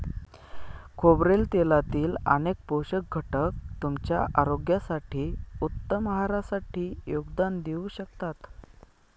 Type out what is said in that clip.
खोबरेल तेलातील अनेक पोषक घटक तुमच्या आरोग्यासाठी, उत्तम आहारासाठी योगदान देऊ शकतात